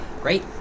great